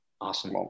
Awesome